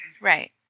right